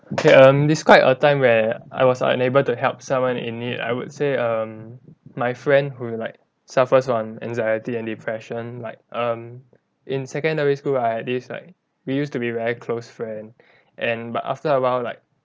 okay um describe a time where I was unable to help someone in need I would say um my friend who like suffers on anxiety and depression like um in secondary school right at least like we used to be very close friend and but after awhile like